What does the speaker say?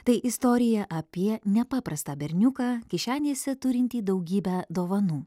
tai istorija apie nepaprastą berniuką kišenėse turintį daugybę dovanų